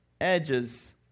edges